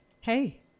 hey